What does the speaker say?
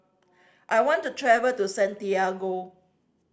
I want to travel to Santiago